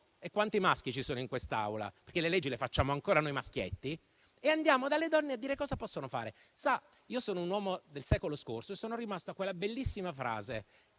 Quanti maschi ci sono in quest'Aula? Le leggi le facciamo ancora noi maschietti e andiamo dalle donne a dire cosa possono fare. Io sono un uomo del secolo scorso e sono rimasto a quella bellissima frase,